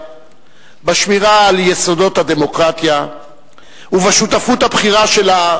בשמירה על יסודות הדמוקרטיה ובשותפות הבכירה שלה,